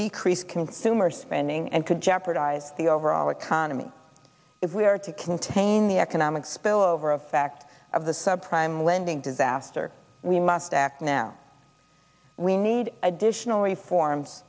decreased consumer spending and could jeopardize the overall economy if we are to contain the economic spillover effect of the sub prime lending disaster we must act now we need additional reforms